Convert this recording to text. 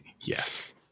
yes